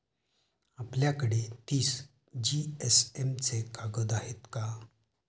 आपल्याकडे तीस जीएसएम चे कागद आहेत का?